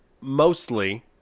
mostly